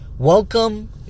Welcome